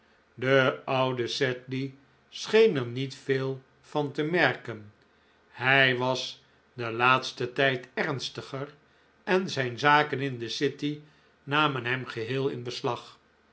de oude sedley scheen er niet veel van te merken hij was den laatsten tijd ernstiger en zijn zaken in de city namen hem geheel in beslag